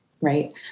Right